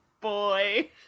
boy